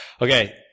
Okay